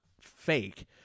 fake